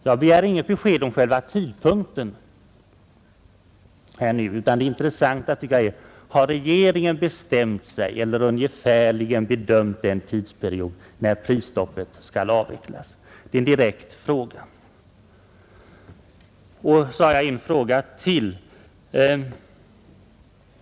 Jag begär inget besked just nu om själva tidpunkten, utan det intressanta tycker jag är: Har regeringen bestämt sig för eller ungefärligen bedömt den tidpunkt när Jag har en fråga till.